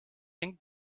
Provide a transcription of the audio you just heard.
and